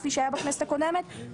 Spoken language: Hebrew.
כפי שהיה בכנסת הקודמת,